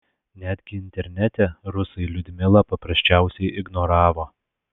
netgi internete rusai liudmilą paprasčiausiai ignoravo